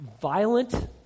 violent